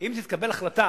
אם תתקבל החלטה